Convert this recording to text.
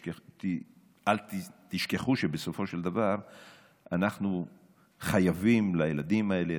אל תשכחו שבסופו של דבר אנחנו חייבים לילדים האלה,